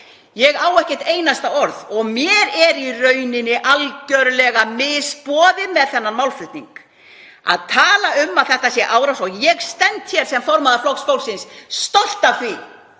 ég á ekki eitt einasta orð. Mér er í rauninni algerlega misboðið með þennan málflutning; að tala um að þetta sé árás. Og ég stend hér sem formaður Flokks fólksins, stolt af því